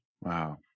Wow